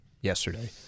yesterday